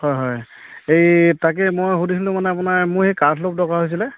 হয় হয় এই তাকে মই সুধিছিলোঁ মানে আপোনাৰ মোৰ সেই কাঠ অলপ দৰকাৰ হৈছিলে